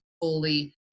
fully